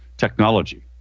technology